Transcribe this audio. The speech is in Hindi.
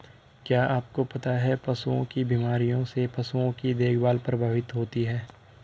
क्या आपको पता है पशुओं की बीमारियों से पशुओं की देखभाल प्रभावित होती है?